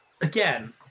again